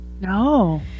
No